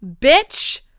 bitch